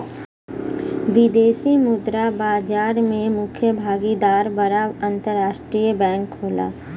विदेशी मुद्रा बाजार में मुख्य भागीदार बड़ा अंतरराष्ट्रीय बैंक होला